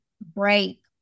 break